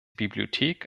bibliothek